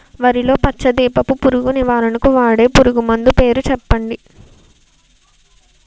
వరిలో పచ్చ దీపపు పురుగు నివారణకు వాడే పురుగుమందు పేరు చెప్పండి?